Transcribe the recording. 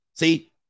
See